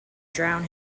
drown